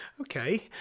okay